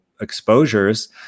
exposures